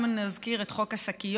אם נזכיר את חוק השקיות,